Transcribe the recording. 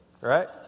right